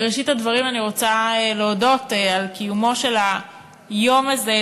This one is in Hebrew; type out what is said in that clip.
בראשית הדברים אני רוצה להודות על קיומו של היום הזה,